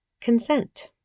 consent